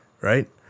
right